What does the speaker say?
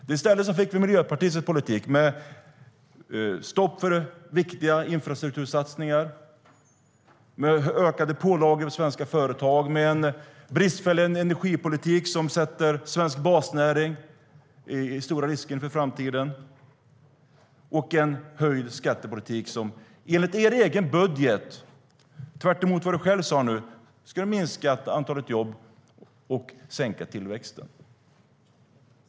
I stället fick vi Miljöpartiets politik med stopp för viktiga infrastruktursatsningar, med ökade pålagor för svenska företag, med en bristfällig energipolitik som innebär stora risker för svensk basnäring i framtiden och med höjda skatter som enligt er egen budget, tvärtemot vad du själv sade, skulle ha minskat antalet jobb och minskat tillväxten.